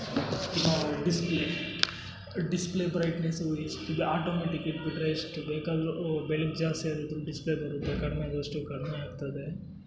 ಇನ್ನು display display brightness ಎಷ್ಟು ಇದು ಆಟೋಮೆಟಿಕ್ ಇಟ್ಟುಬಿಟ್ರೆ ಎಷ್ಟು ಬೇಕಾದರೂ ಬೆಳಕ್ ಜಾಸ್ತಿ ಆದರೆ ಡಿಸ್ಪ್ಲೇ ಬರುತ್ತೆ ಕಡಿಮೆ ಆದಷ್ಟು ಕಡಿಮೆ ಆಗ್ತದೆ